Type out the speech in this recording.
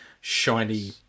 shiny